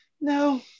No